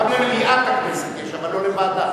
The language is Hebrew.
גם למליאת הכנסת יש, אבל לא לוועדה.